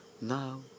now